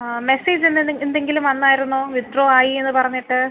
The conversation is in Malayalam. മെസ്സേജ് എന്ത് എന്തെങ്കിലും വന്നായിരുന്നോ വിഡ്രോ ആയി എന്ന് പറഞ്ഞിട്ട്